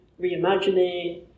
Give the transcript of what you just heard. reimagining